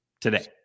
today